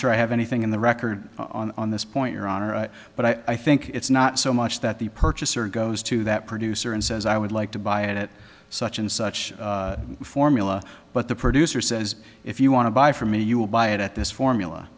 sure i have anything in the record on this point your honor but i think it's not so much that the purchaser goes to that producer and says i would like to buy it at such and such formula but the producer says if you want to buy from me you will buy it at this formula